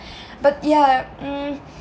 but yah mm